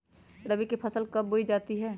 रबी की फसल कब बोई जाती है?